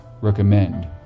recommend